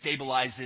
stabilizes